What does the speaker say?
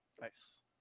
Nice